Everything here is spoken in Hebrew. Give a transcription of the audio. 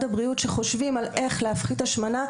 הבריאות שחושבים איך להפחית השמנה,